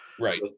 Right